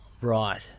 Right